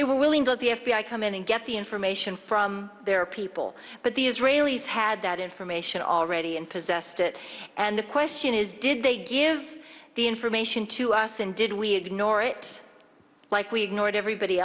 they were willing go the f b i come in and get the information from their people but the israelis had that information already and possessed it and the question is did they give the information to us and did we ignore it like we ignored everybody